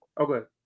Okay